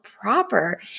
proper